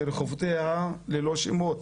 שרחובותיה ללא שמות.